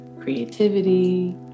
creativity